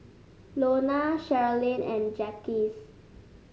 Lona Sherilyn and Jaquez